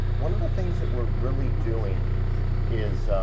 one of the things that we're really doing is